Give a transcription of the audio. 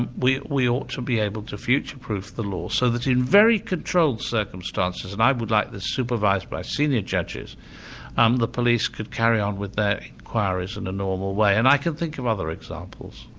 and we we ought to be able to futureproof the law so that in very controlled circumstances and i would like this supervised by senior judges um the police could carry on with their inquiries in the normal way. and i can think of other examples.